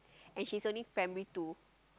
and she's only primary two